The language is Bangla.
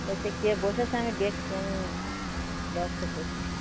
তা সে কে বসেছে আমি দেখছি আমি ব্যবস্থা করছি